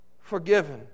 Forgiven